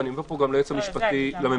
ואני אומר פה גם ליועץ המשפטי לממשלה,